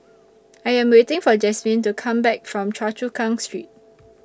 I Am waiting For Jasmyne to Come Back from Choa Chu Kang Street